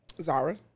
Zara